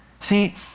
See